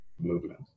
movement